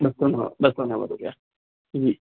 ॿ सौ नव ॿ सौ नव रुपिया जी